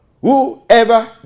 Whoever